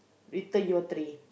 return your tray